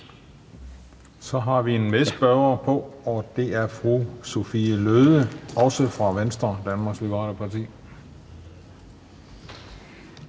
Så har vi en medspørger på, og det er fru Sophie Løhde, også fra Venstre, Danmarks Liberale Parti.